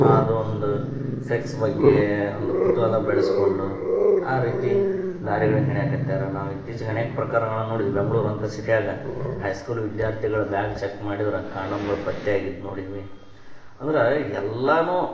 ಅದೊಂದು ಸೆಕ್ಸ್ ಬಗ್ಗೆ ಒಂದು ಕುತೂಹಲ ಬೆಳೆಸ್ಕೊಂಡು ಆ ರೀತಿ ದಾರಿಗಳನ್ನು ಹಿಡಿಯಕ್ಕತ್ತಾರ ನಾವು ಇತ್ತೀಚಿಗೆ ಅನೇಕ ಪ್ರಕರ್ಣಗಳನ್ನು ನೋಡಿದ್ವಿ ಬೆಂಗಳೂರಂಥ ಸಿಟಿಯಾಗ ಹೈ ಸ್ಕೂಲ್ ವಿದ್ಯಾರ್ಥಿಗಳ ಬ್ಯಾಗ್ ಚೆಕ್ ಮಾಡಿದ್ರೆ ಕಾಂಡೋಮ್ಗಳು ಪತ್ತೆಯಾಗಿದ್ದು ನೋಡಿದ್ವಿ ಅಂದ್ರೆ ಎಲ್ಲನೂ